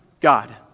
God